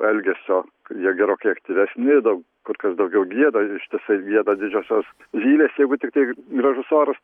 elgesio jie gerokai aktyvesni dau kur kas daugiau gieda ištisai gieda didžiosios zylės jeigu tiktai gražus oras